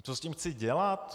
Co s tím chci dělat?